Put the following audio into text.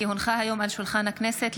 כי הונחה היום על שולחן הכנסת,